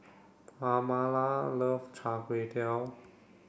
Pamala loves Char Kway Teow